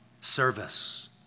service